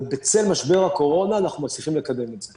ובצל משבר הקורונה אנחנו מצליחים לקדם את זה.